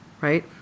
Right